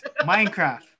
Minecraft